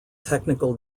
technical